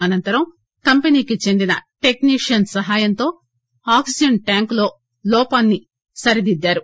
అనంతరం కంపెనీకి చెందిన టెక్సీషియస్ సహాయంతో ఆక్సిజన్ ట్యాంక్ లో లోపాన్సి సరిదిద్దారు